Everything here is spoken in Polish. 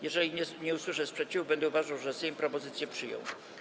Jeżeli nie usłyszę sprzeciwu, będę uważał, że Sejm propozycję przyjął.